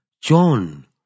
John